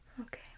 Okay